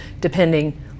depending